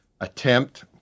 attempt